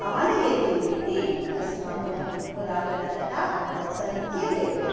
आनयति इति अस्माकं पुरातनकथा तत् सत्यमेव